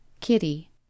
Kitty